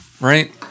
Right